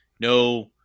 no